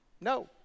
No